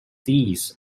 this